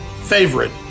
favorite